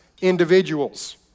individuals